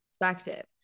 perspective